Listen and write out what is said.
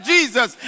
Jesus